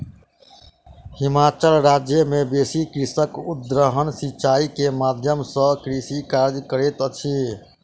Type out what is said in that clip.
हिमाचल राज्य मे बेसी कृषक उद्वहन सिचाई के माध्यम सॅ कृषि कार्य करैत अछि